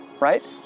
right